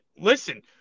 listen